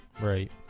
Right